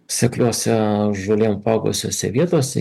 sekliose žolėm apaugusiose vietose